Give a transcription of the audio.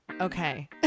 Okay